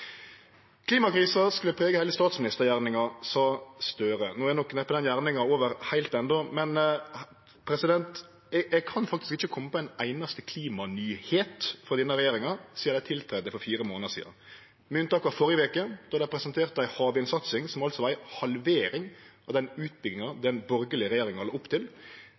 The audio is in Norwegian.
Klimakrisa skulle prege heile statsministergjerninga, sa Støre. No er nok neppe den gjerninga over heilt enno, men eg kan faktisk ikkje kome på ei einaste klimanyheit frå denne regjeringa sidan ho tiltredde for fire månader sidan – med unntak av i førre veke, då dei presenterte ei havvindsatsing som var ei halvering av den utbygginga den borgarlege regjeringa la opp til.